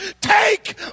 take